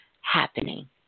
happening